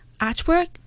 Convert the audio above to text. artwork